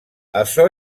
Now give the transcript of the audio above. açò